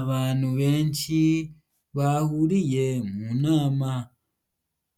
Abantu benshi bahuriye mu nama